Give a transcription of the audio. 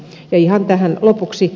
ihan tähän lopuksi